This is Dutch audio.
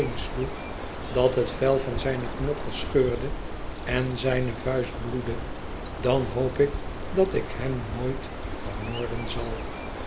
dat het vel van zijne knokkels scheurde en zijne vuist bloedde d hoop ik dat ik hem nooit vermoorden zal